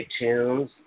iTunes